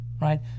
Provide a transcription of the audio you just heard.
right